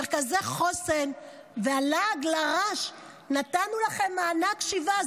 מרכזי חוסן, הלעג לרש: נתנו לכם מענק שיבה.